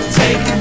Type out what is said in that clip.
take